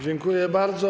Dziękuję bardzo.